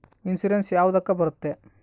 Insurance ಯಾವ ಯಾವುದಕ್ಕ ಬರುತ್ತೆ?